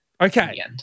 Okay